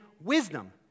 wisdom